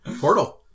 Portal